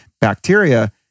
bacteria